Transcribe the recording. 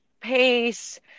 pace